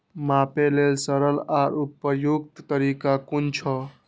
मापे लेल सरल आर उपयुक्त तरीका कुन छै?